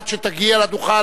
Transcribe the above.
עד שתגיע לדוכן,